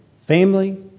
family